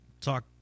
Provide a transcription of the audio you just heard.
talk